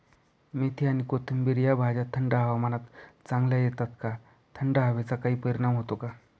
मेथी आणि कोथिंबिर या भाज्या थंड हवामानात चांगल्या येतात का? थंड हवेचा काही परिणाम होतो का?